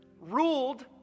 ruled